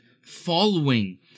following